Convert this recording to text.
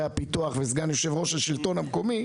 הפיתוח וסגן יושב-ראש השלטון המקומי,